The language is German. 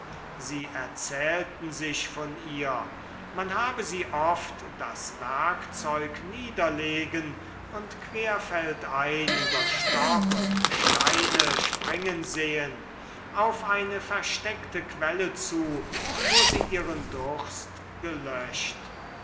sie erzählten sich von ihr man habe sie oft das werkzeug niederlegen und querfeldein über stock und steine springen sehen auf eine versteckte quelle zu wo sie ihren durst gelöscht